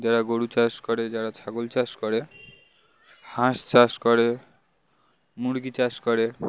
যারা গরু চাষ করে যারা ছাগল চাষ করে হাঁস চাষ করে মুরগি চাষ করে